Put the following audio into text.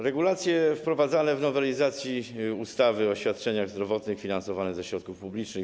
Regulacje wprowadzane w nowelizacji ustawy o świadczeniach zdrowotnych finansowanych ze środków publicznych i